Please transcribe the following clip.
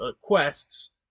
quests